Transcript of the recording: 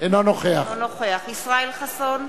אינו נוכח ישראל חסון,